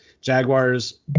Jaguars